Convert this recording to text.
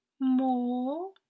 More